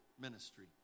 ministry